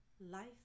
life